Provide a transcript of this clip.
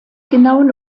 genauen